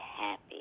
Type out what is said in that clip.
happy